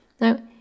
Now